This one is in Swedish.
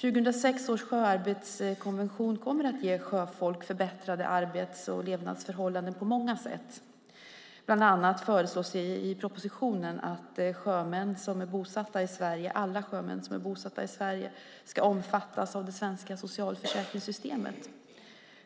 2006 års sjöarbetskonvention kommer att ge sjöfolk förbättrade arbets och levnadsförhållanden på många sätt. Bland annat föreslås i propositionen att alla sjömän som är bosatta i Sverige ska omfattas av det svenska socialförsäkringssystemet.